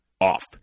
off